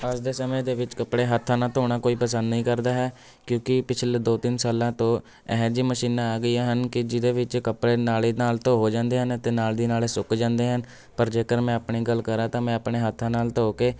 ਅੱਜ ਦੇ ਸਮੇਂ ਦੇ ਵਿੱਚ ਕੱਪੜੇ ਹੱਥਾਂ ਨਾਲ਼ ਧੋਣਾ ਕੋਈ ਪਸੰਦ ਨਹੀਂ ਕਰਦਾ ਹੈ ਕਿਉਂਕਿ ਪਿਛਲੇ ਦੋ ਤਿੰਨ ਸਾਲਾਂ ਤੋਂ ਇਹੋ ਜਿਹੀ ਮਸ਼ੀਨਾਂ ਆ ਗਈਆਂ ਹਨ ਕਿ ਜਿਹਦੇ ਵਿੱਚ ਕੱਪੜੇ ਨਾਲ਼ ਦੀ ਨਾਲ਼ ਧੋ ਹੋ ਜਾਂਦੇ ਹਨ ਅਤੇ ਨਾਲ਼ ਦੀ ਨਾਲ਼ ਸੁੱਕ ਜਾਂਦੇ ਹਨ ਪਰ ਜੇਕਰ ਮੈਂ ਆਪਣੀ ਗੱਲ ਕਰਾਂ ਤਾਂ ਮੈਂ ਆਪਣੇ ਹੱਥਾਂ ਨਾਲ਼ ਧੋ ਕੇ